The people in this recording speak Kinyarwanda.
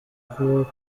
kubaho